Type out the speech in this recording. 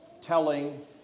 telling